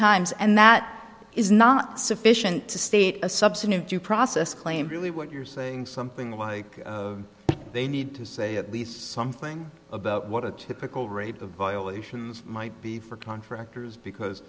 times and that is not sufficient to state a substantive due process claim really what you're saying something like they need to say at least something about what a typical rate of violations might be for contractors because